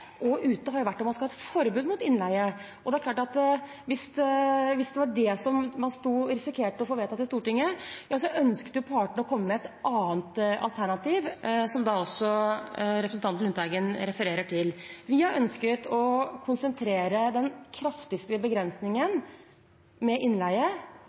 og ute har jo vært om man skal ha et forbud mot innleie. Hvis det var det man risikerte å få vedtatt i Stortinget, så ønsket partene å komme med et annet alternativ, noe også representanten Lundteigen refererer til. Vi har ønsket å konsentrere den kraftigste begrensningen til innleie